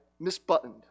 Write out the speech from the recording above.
misbuttoned